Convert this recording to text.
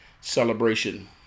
celebration